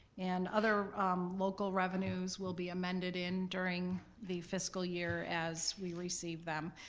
and other local revenues will be amended in during the fiscal year as we receive them.